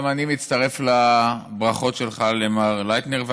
גם אני מצטרף לברכות שלך למר לייטנר.